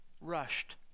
rushed